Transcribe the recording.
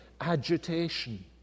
agitation